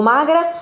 Magra